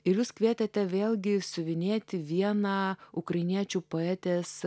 ir jūs kvietėte vėlgi siuvinėti vieną ukrainiečių poetės